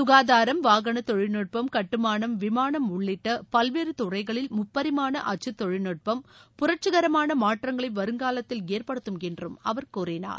சுகாதாரம் வாகன தொழில்நுட்பம் கட்டுமானம் விமானம் உள்ளிட்ட பல்வேறு தறைகளில் முப்பரிமாண அச்சுத்தொழில்நுட்பம் புரட்சிகரமான மாற்றங்களை வருங்காலத்தில் ஏற்படுத்தம் என்றும் அவர் கூறினார்